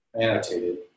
annotated